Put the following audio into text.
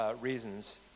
reasons